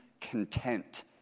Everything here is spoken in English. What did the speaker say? content